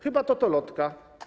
Chyba totolotka.